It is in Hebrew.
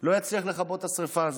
לא יצליח לכבות את השרפה הזאת.